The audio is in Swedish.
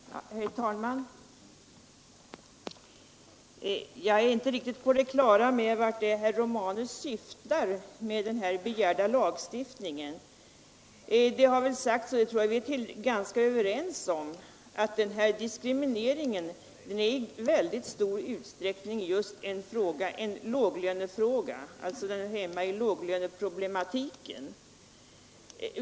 Herr talman! Jag är inte riktigt på det klara med vart herr Romanus syftar med den här begärda lagstiftningen. Det har sagts — och det tror jag vi är ganska överens om — att diskrimineringen i mycket stor utsträckning är en låglönefråga och alltså hör hemma i långlöneproblematiken.